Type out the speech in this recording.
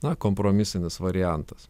na kompromisinis variantas